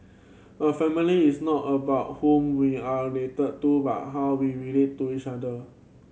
a family is not about whom we are related to but how we relate to each other